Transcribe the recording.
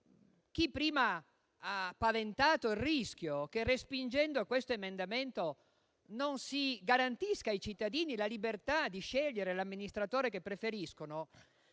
chi prima ha paventato il rischio che respingendo questo emendamento non si garantisca ai cittadini la libertà di scegliere l'amministratore che preferiscono,